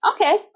okay